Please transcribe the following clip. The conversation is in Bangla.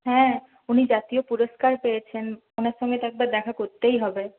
হ্যাঁ উনি জাতীয় পুরস্কার পেয়েছেন ওনার সংঙ্গে তো একবার দেখা করতেই হবে